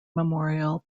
memorial